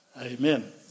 Amen